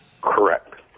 Correct